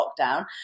lockdown